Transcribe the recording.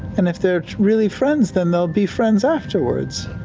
and if they're really friends, then they'll be friends afterwards.